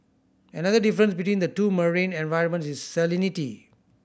another difference between the two marine environments is salinity